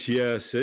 yes